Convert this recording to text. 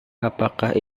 apakah